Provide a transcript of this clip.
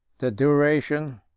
the duration,